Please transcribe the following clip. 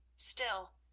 still,